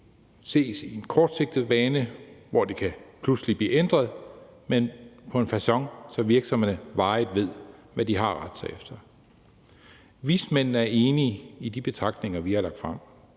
ses som en kortsigtet løsning, hvor det pludselig kan blive ændret, men skal være på en facon, så virksomhederne varigt ved, hvad de har at rette sig efter. Vismændene er enige i de betragtninger, vi har lagt frem.